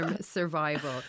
survival